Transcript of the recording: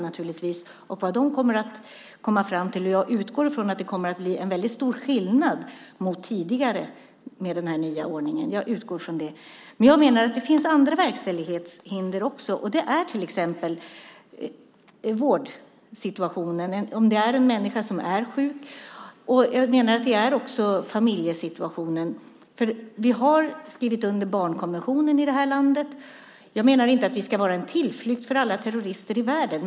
Jag utgår ifrån att det kommer att bli en väldigt stor skillnad mot tidigare med den här nya ordningen. Men jag menar att det finns andra verkställighetshinder också. Det är till exempel vårdsituationen. Det kan vara en människa som är sjuk. Jag menar att det också kan handla om familjesituationen. Vi har skrivit under barnkonventionen i det här landet. Jag menar inte att vi ska vara en tillflykt för alla terrorister i världen.